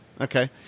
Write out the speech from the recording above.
okay